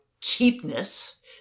cheapness